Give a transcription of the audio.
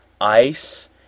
ICE